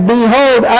Behold